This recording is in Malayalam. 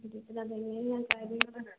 ഇതു വച്ച് എങ്ങനെയാണ് ഞാൻ ടാഗ് ചെയ്യുന്നത്